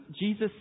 Jesus